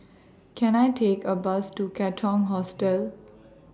Can I Take A Bus to Katong Hostel